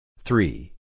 three